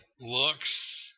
looks